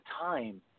time